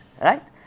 right